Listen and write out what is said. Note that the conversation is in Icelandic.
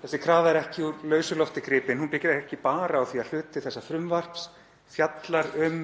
Þessi krafa er ekki úr lausu lofti gripin. Hún byggir ekki bara á því að hluti þessa frumvarps fjallar um